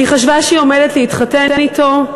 היא חשבה שהיא עומדת להתחתן אתו,